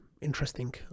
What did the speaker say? interesting